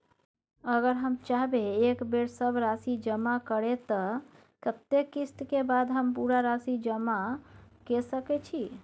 अगर हम चाहबे एक बेर सब राशि जमा करे त कत्ते किस्त के बाद हम पूरा राशि जमा के सके छि?